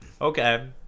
Okay